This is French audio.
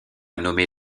nommer